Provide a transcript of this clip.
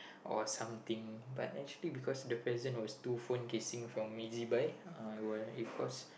or something but actually because the present was two phone casing from ezbuy uh it cost